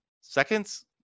seconds